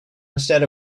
instead